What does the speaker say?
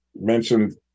mentioned